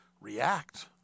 react